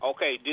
Okay